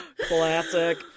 Classic